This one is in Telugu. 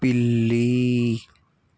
పిల్లి